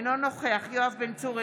אינו נוכח יואב בן צור,